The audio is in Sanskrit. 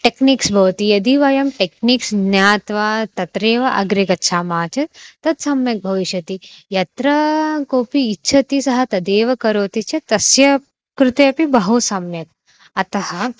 टेक्निक्स् भवति यदि वयं टेक्निक्स् ज्ञात्वा तत्रैव अग्रे गच्छामः चेत् तत् सम्यक् भविष्यति यत्र कोपि इच्छति सः तदेव करोति चेत् तस्य कृते अपि बहु सम्यक् अतः